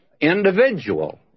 individual